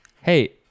Hey